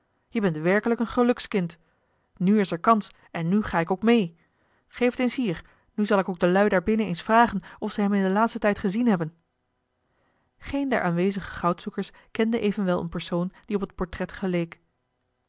je bent werkelijk een gelukskind nu is er kans en nu ga ik ook mee geef het eens hier nu zal ik ook de lui daar binnen eens vragen of ze hem in den laatsten tijd gezien hebben geen der aanwezige goudzoekers kende evenwel een persoon die op het portret geleek